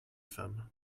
femmes